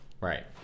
Right